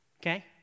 okay